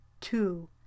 Two